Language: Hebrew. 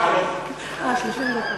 אה, 30 דקות.